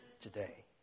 today